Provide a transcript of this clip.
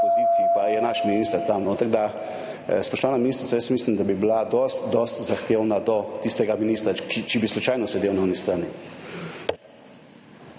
pa je naš minister tam notri. Spoštovana ministrica, jaz mislim, da bi bili dosti bolj zahtevni do tistega ministra, če bi slučajno sedel na oni strani.